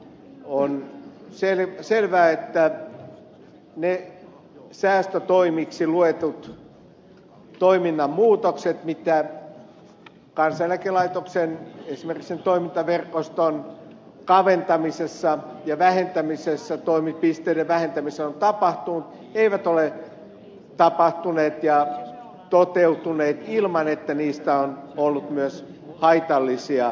on selvää että ne säästötoimiksi luetut toiminnan muutokset mitä esimerkiksi kansaneläkelaitoksen toimintaverkoston kaventamisessa ja toimipisteiden vähentämisessä on tapahtunut eivät ole tapahtuneet ja toteutuneet ilman että niistä on ollut myös haitallisia seuraamuksia